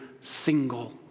single